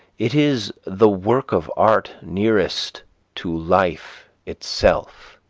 it is the work of art nearest to life itself.